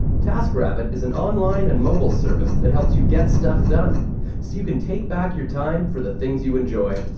taskrabbit is an online and mobile service that helps you get stuff done, so you can take back your time for the things you enjoy.